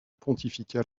pontifical